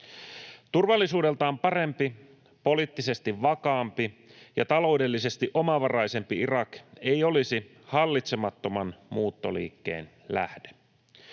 Turvallisuudeltaan parempi, poliittisesti vakaampi ja taloudellisesti omavaraisempi Irak ei olisi hallitsemattoman muuttoliikkeen lähde.